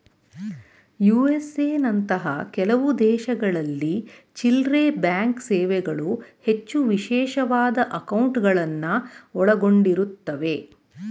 USA ನಂತಹ ಕೆಲವು ದೇಶಗಳಲ್ಲಿ ಚಿಲ್ಲ್ರೆಬ್ಯಾಂಕ್ ಸೇವೆಗಳು ಹೆಚ್ಚು ವಿಶೇಷವಾದ ಅಂಕೌಟ್ಗಳುನ್ನ ಒಳಗೊಂಡಿರುತ್ತವೆ